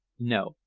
no,